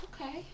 okay